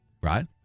right